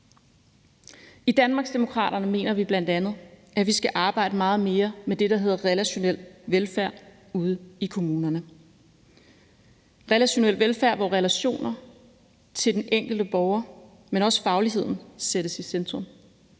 I Danmarksdemokraterne mener vi bl.a., at vi skal arbejde meget mere med det, der hedder relationel velfærd, ude i kommunerne – relationel velfærd, hvor relationer til den enkelte borger, men også fagligheden, sættes i centrum.